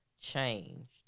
changed